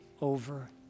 over